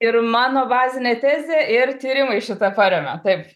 ir mano bazinė tezė ir tyrimai šitą paremia taip